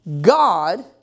God